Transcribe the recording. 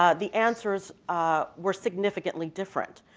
ah the answers ah were significantly different.